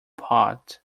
pot